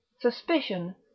suspicion